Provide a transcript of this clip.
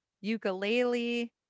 ukulele